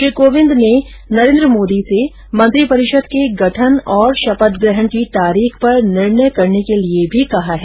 श्री कोविंद ने नरेन्द्र मोदी से मंत्रिपरिषद के गठन और शपथ ग्रहण की तारीख पर निर्णय करने के लिए भी कहा है